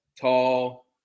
tall